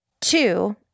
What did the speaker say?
Two